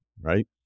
right